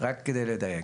רק כדי לדייק.